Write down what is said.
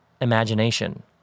imagination